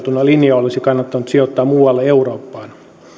olisi kannattanut sijoittaa muualle eurooppaan